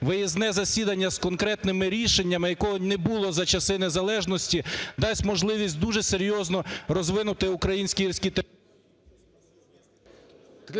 виїзне засідання з конкретними рішеннями, якого не було за часи незалежності, дасть можливість дуже серйозно розвинути українські гірські території…